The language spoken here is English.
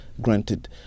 granted